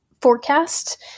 forecast